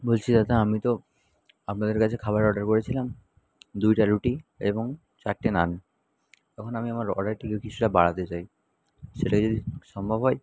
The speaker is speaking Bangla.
বলছি দাদা আমি তো আপনাদের কাছে খাবার অর্ডার করেছিলাম দুইটা রুটি এবং চারটে নান এখন আমি আমার অর্ডারটিকে কিছুটা বাড়াতে চাই সেইটা যদি সম্ভব হয়